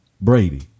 Brady